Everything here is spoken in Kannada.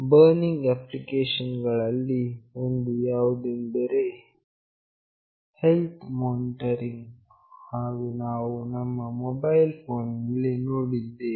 ಬರ್ನಿಂಗ್ ಅಪ್ಲಿಕೇಶನ್ ಗಳಲ್ಲಿ ಒಂದು ಯಾವುದೆಂದರೆ ಹೆಲ್ತ್ ಮಾನಿಟರಿಂಗ್ ಇದನ್ನು ನಾವು ನಮ್ಮ ಮೊಬೈಲ್ ಫೋನ್ ನಲ್ಲಿ ನೋಡಿದ್ದೇವೆ